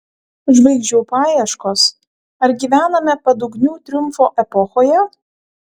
žvaigždžių paieškos ar gyvename padugnių triumfo epochoje